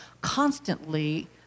constantly